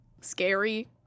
scary